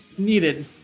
Needed